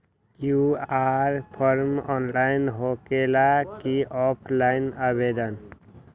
QR form online होकेला कि offline आवेदन?